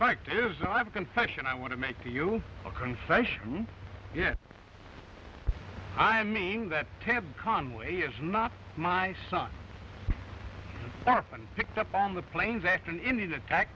fact is i have a confession i want to make to you a confession yet i mean that tim conway is not my son and picked up on the planes after an indian attack